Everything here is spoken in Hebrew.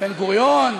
בן-גוריון.